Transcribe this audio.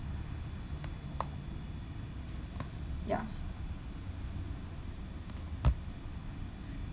yes